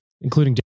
Including